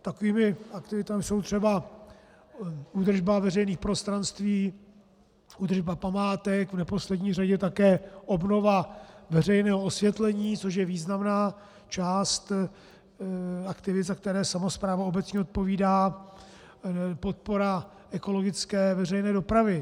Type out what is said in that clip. Takovými aktivitami jsou třeba údržba veřejných prostranství, údržba památek, v neposlední řadě také obnova veřejného osvětlení, což je významná část aktivit, za které obecní samospráva odpovídá, podpora ekologické veřejné dopravy.